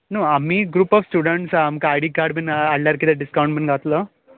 न्हू आमी group of students आसा आमी आयडी कार्ड बी हाडल्यार कितले डिस्कावन्ट बी जातलो